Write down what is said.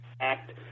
Act